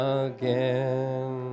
again